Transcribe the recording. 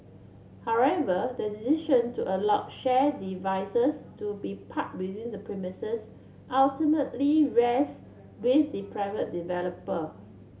however the decision to allow shared devices to be parked within the premises ultimately rests with the private developer